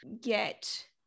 get